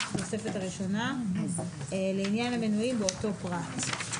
5(25) לתוספת הראשונה לעניין המנויים באותו פרט.